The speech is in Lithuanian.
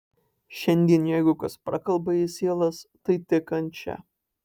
šiandien jeigu kas prakalba į sielas tai tik kančia